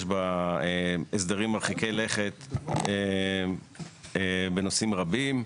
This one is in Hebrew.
יש בה הסדרים מרחיקי לכת בנושאים רבים.